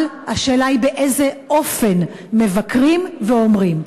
אבל השאלה היא באיזה אופן מבקרים ואומרים.